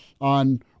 on